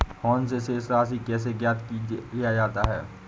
Phone से शेष राशि कैसे ज्ञात किया जाता है?